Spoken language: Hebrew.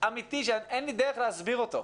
אמיתי שאין לי דרך להסביר אותו.